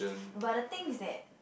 but the thing is that